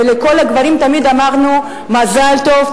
ולכל הגברים תמיד אמרנו: מזל טוב,